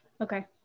okay